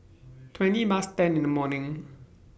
twenty Past ten in The morning